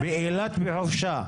באילת בחופשה?